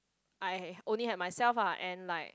I only had myself ah and like